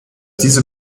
diese